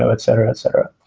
so etc. etc.